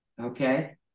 Okay